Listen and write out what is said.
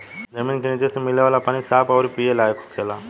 जमीन के निचे से मिले वाला पानी साफ अउरी पिए लायक होखेला